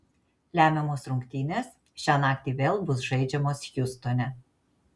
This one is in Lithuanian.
lemiamos rungtynės šią naktį vėl bus žaidžiamos hjustone